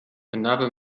another